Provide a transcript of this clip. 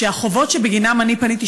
לכך שהחובות שבגינם אני פניתי,